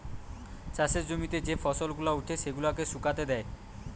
চাষের জমিতে যে ফসল গুলা উঠে সেগুলাকে শুকাতে দেয়